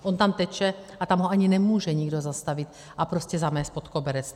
On tam teče a tam ho ani nemůže nikdo zastavit a prostě zamést pod koberec.